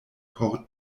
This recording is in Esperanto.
por